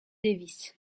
davis